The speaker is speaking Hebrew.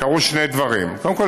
קרו שני דברים: קודם כול,